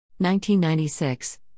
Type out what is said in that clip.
1996